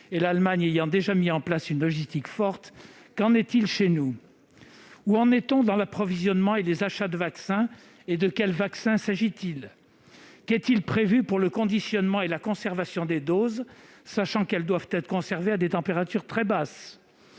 et l'Allemagne a déjà mis en place une logistique forte -, qu'en est-il chez nous ? Où en est-on dans l'approvisionnement et les achats de vaccins, et de quel vaccin s'agit-il ? Qu'est-il prévu pour le conditionnement et la conservation des doses, sachant qu'elles doivent être conservées à des températures très basses ?